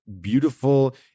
beautiful